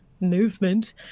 movement